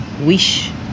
wish